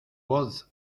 voz